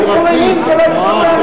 התנועה החברתית.